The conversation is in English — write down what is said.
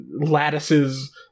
lattices